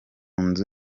nzu